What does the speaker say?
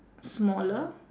smaller